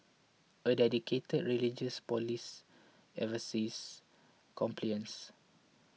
a dedicated religious police oversees compliance